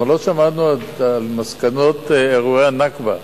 אנחנו לא שמענו את מסקנות אירועי הנכבה,